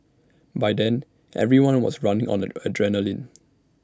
by then everyone was running on the adrenaline